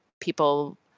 people